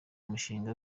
umushinga